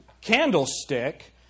candlestick